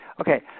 Okay